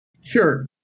Sure